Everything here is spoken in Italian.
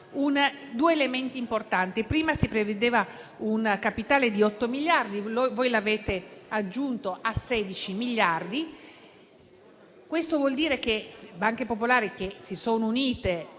due elementi importanti. Prima si prevedeva un capitale di 8 miliardi, voi l'avete aumentato a 16 miliardi. Questo vuol dire che le banche popolari, che si sono unite